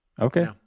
Okay